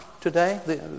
today